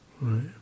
Right